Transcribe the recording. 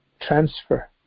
transfer